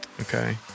Okay